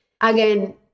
Again